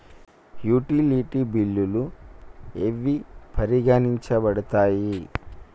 Utility బిల్లులు ఏవి పరిగణించబడతాయి?